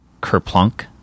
Kerplunk